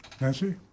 Nancy